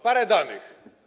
Parę danych.